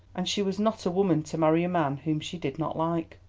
and she was not a woman to marry a man whom she did not like.